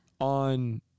on